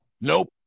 Nope